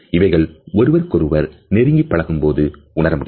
இவைகள் ஒருவருக்கு ஒருவர் நெருங்கி பழகும் போது உணர முடியும்